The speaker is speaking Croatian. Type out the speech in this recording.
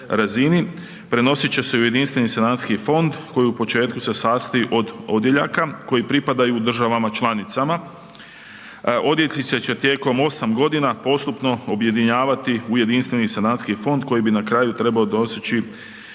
prenosit će se u jedinstveni sanacijski fond koji u početku se sastoji od odjeljaka koji pripadaju državama članicama. Odjeljci će se tijekom 8 g. postupno objedinjavati u jedinstveni sanacijski fond koji bi na kraju trebao doseći